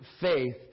faith